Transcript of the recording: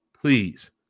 please